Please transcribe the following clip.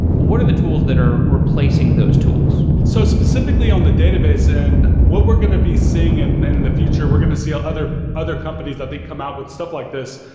what are the tools that are replacing those tools? so specifically on the database and what we're going to be seeing in and and the future, we're going to see ah other other companies that they come out with stuff like this,